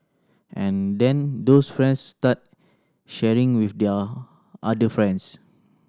and then those friends start sharing with their other friends